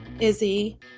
Izzy